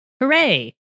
Hooray